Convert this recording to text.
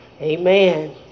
amen